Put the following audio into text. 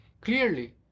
Clearly